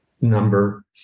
number